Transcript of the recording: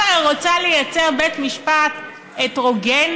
את הרי רוצה לייצר בית משפט הטרוגני,